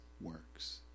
works